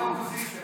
גם כל האופוזיציה.